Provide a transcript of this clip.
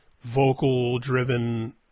vocal-driven